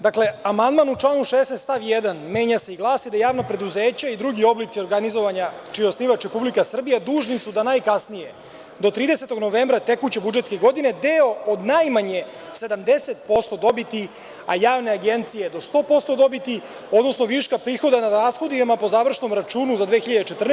Dakle, amandman u članu 16. stav 1. menja se i glasi da javno preduzeće i drugi oblici organizovanja, čiji je osnivač Republika, dužni su da najkasnije do 30 novembra tekuće budžetske godine deo od najmanje 70% dobiti, a javne agencije do 100% dobiti, odnosno viška prihoda na rashodima po završnom računu za 2014. godinu…